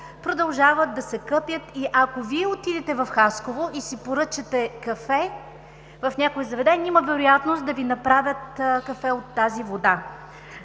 продължават да се къпят. Ако Вие отидете в Хасково и си поръчате кафе в някое заведение има вероятност да Ви направят кафе от тази вода.